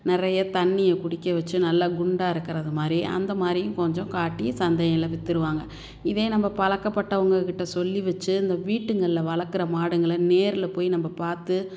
நிறைய தண்ணியை குடிக்க வச்சு நல்லா குண்டாக இருக்கிறது மாதிரி அந்த மாதிரியும் கொஞ்சம் காட்டி சந்தையில் விற்றுருவாங்க இதே நம்ம பழக்கப்பட்டவங்கக் கிட்டே சொல்லி வச்சு இந்த வீட்டுங்களில் வளர்க்குற மாடுங்களை நேரில் போய் நம்ம பார்த்து